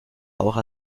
auch